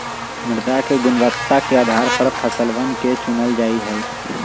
मृदा के गुणवत्ता के आधार पर फसलवन के चूनल जा जाहई